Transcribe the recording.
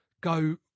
go